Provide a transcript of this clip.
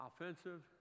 offensive